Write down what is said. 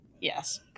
yes